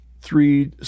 three